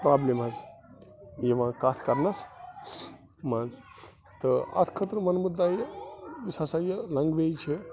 problem حظ یِوان کَتھ کَرنَس منٛز تہٕ اَتھ خٲطرٕ وَن بہٕ تۄہہِ یُس ہَسا یہِ لنٛگویج چھِ